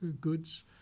goods